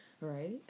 right